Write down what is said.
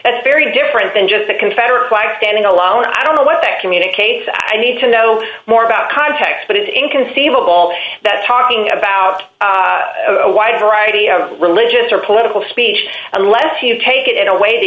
that's very different than just the confederate flag standing alone i don't know what to communicate i need to know more about context but it's inconceivable that talking about a wide variety of religious or political speech unless you take it in a way t